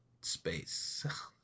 space